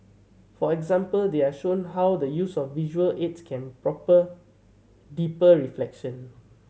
for example they are shown how the use of visual aids can proper deeper reflection